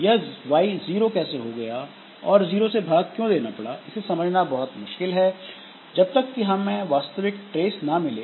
यह y 0 कैसे हो गया और 0 से भाग क्यों देना पड़ा इसे समझना बहुत मुश्किल है जब तक कि हमें वास्तविक ट्रेस ना मिले